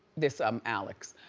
this um alex.